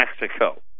Mexico